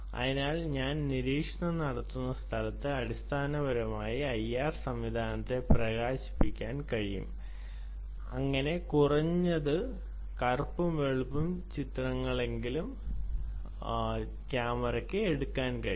അതിനാൽ ഞാൻ നിരീക്ഷണം നടത്തുന്ന സ്ഥലത്ത് അടിസ്ഥാനപരമായി ഐആർ സംവിധാനത്തെ പ്രകാശിപ്പിക്കാൻ കഴിയും അങ്ങനെ കുറഞ്ഞത് കറുപ്പും വെളുപ്പും ചിത്രങ്ങളെങ്കിലും ക്യാമറയ്ക്ക് എടുക്കാൻ കഴിയും